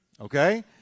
Okay